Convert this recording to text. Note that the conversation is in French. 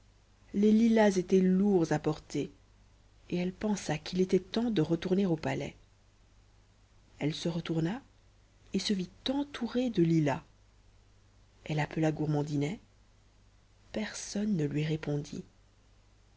les lilas étaient lourds à porter et elle pensa qu'il était temps de retourner au palais elle se retourna et se vit entourée de lilas elle appela gourmandinet personne ne lui répondit